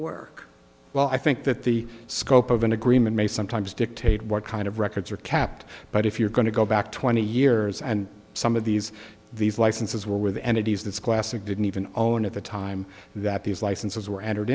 work well i think that the scope of an agreement may sometimes dictate what kind of records are kept but if you're going to go back twenty years and some of these these licenses where were the entities this classic didn't even own at the time that these licenses were entered